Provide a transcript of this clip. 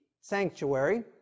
sanctuary